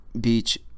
Beach